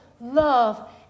love